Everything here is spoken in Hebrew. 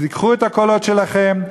תיקחו את הקולות שלכם,